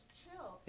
chill